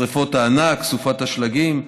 שרפות הענק, סופת השלגים.